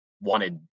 wanted